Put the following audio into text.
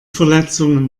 verletzungen